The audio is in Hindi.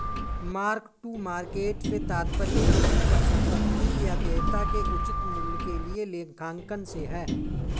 मार्क टू मार्केट से तात्पर्य किसी परिसंपत्ति या देयता के उचित मूल्य के लिए लेखांकन से है